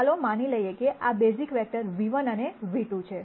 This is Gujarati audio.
તો ચાલો માની લઈએ કે આ બેઝિક વેક્ટર ν ₁ અને ν₂ છે